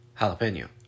Jalapeno